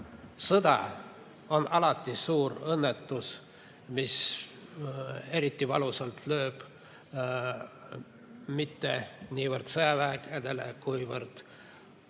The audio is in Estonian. Sõda on alati suur õnnetus, mis eriti valusalt lööb mitte niivõrd sõjavägesid, kuivõrd